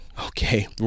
Okay